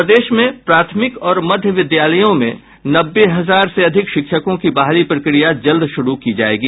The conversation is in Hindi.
प्रदेश में प्राथमिक और मध्य विद्यालयों में नब्बे हजार से अधिक शिक्षकों की बहाली प्रक्रिया जल्द शुरू की जायेगी